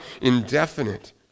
indefinite